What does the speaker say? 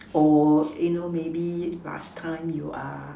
or you know maybe last time you are